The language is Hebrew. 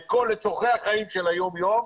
לצורכי החיים של היום יום.